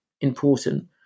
important